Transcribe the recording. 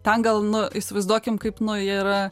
ten gal nu įsivaizduokim kaip nu yra